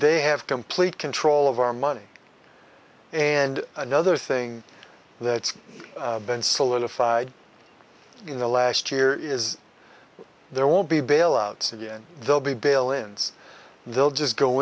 they have complete control of our money and another thing that been solidified in the last year is there won't be bailouts again they'll be bail ins they'll just go